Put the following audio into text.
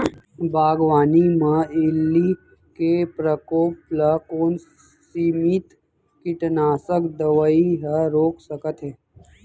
बागवानी म इल्ली के प्रकोप ल कोन सीमित कीटनाशक दवई ह रोक सकथे?